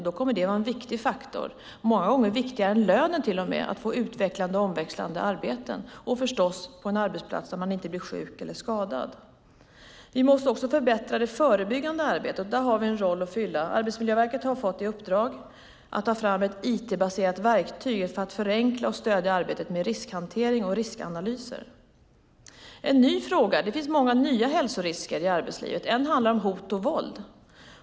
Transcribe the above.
Då kommer det att vara en viktig faktor - många gånger viktigare än lönen - att få utvecklande och omväxlande arbeten på en arbetsplats där man inte blir sjuk eller skadad. Vi måste också förbättra det förebyggande arbetet. Där har vi en roll att fylla. Arbetsmiljöverket har fått i uppdrag att ta fram ett IT-baserat verktyg för att förenkla och stödja arbetet med riskhantering och riskanalys. Det finns många nya hälsorisker i arbetslivet. En är hot och våld.